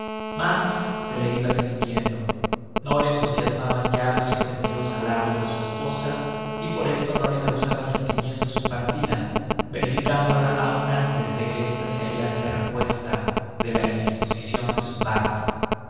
mas se le iba estinguiendo no le entusiasmaban ya los repetidos halagos de su esposa y por esto no le causaba sentimiento su partida verificándola aun antes de que esta se hallase repuesta de la indisposicion de su parto